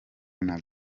nazo